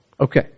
Okay